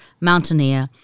mountaineer